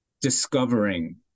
discovering